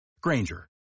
Granger